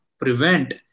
prevent